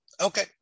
Okay